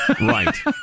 Right